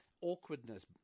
awkwardness